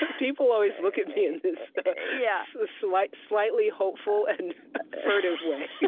people always look at me in this yeah slightly slightly hopeful and furtive way